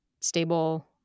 stable